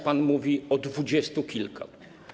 Pan mówi o dwudziestu kilku.